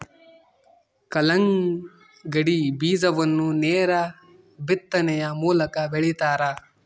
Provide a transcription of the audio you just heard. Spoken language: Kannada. ಕಲ್ಲಂಗಡಿ ಬೀಜವನ್ನು ನೇರ ಬಿತ್ತನೆಯ ಮೂಲಕ ಬೆಳಿತಾರ